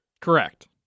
correct